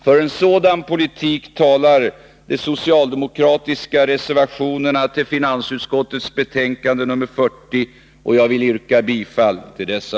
För en sådan politik talar de socialdemokratiska reservationerna som är fogade till finansutskottets betänkande nr 40, och jag vill yrka bifall till dessa.